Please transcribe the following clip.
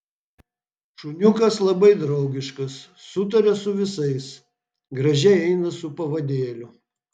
šuniukas labai draugiškas sutaria su visais gražiai eina su pavadėliu